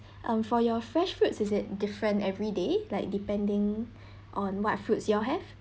um for your fresh fruits is it different every day like depending on what fruits your have